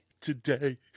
today